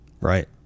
Right